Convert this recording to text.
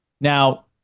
Now